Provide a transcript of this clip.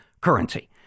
currency